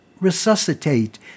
resuscitate